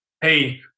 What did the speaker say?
hey